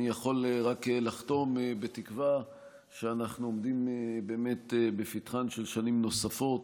אני יכול רק לחתום בתקווה שאנחנו עומדים באמת בפתחן של שנים נוספות